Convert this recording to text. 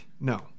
no